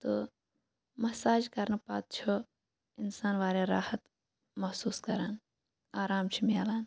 تہٕ مَساج کَرنہٕ پَتہٕ چھُ اِنسان واریاہ راحت محسوٗس کران آرام چھُ مِلان